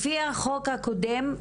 לפי החוק הקודם,